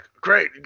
great